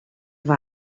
war